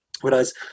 Whereas